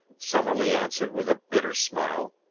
summerlee answered with a bitter smile.